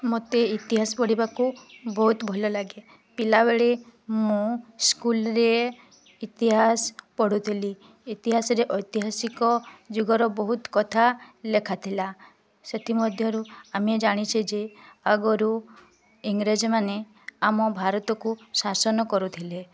ମୋତେ ଇତିହାସ ପଢ଼ିବାକୁ ବହୁତ ଭଲ ଲାଗେ ପିଲାବେଳେ ମୁଁ ସ୍କୁଲ୍ରେ ଇତିହାସ ପଢ଼ୁଥିଲି ଇତିହାସରେ ଐତିହାସିକ ଯୁଗର ବହୁତ କଥା ଲେଖା ଥିଲା ସେଥି ମଧ୍ୟରୁ ଆମେ ଜାଣିଛେ ଯେ ଆଗରୁ ଇଂରେଜମାନେ ଆମ ଭାରତକୁ ଶାସନ କରୁଥିଲେ